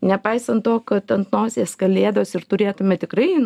nepaisant to kad ant nosies kalėdos ir turėtume tikrai